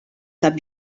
cap